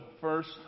first